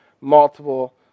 multiple